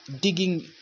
digging